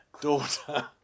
daughter